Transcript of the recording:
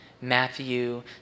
Matthew